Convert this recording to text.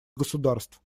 государств